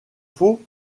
faut